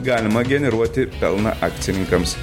galima generuoti pelną akcininkams